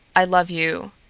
i love you.